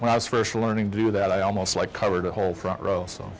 when i was first learning to do that i almost like covered the whole front row so